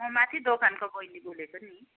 म माथि दोकानको बहिनी बोलेको नि